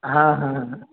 হ্যাঁ হ্যাঁ হ্যাঁ